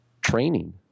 training